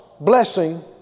blessing